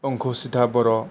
अंकुसिता बर'